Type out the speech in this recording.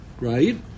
Right